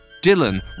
Dylan